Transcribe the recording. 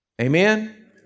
Amen